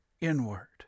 inward